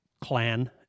clan